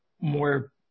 more